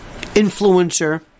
influencer